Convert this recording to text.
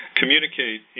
communicate